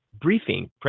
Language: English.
briefing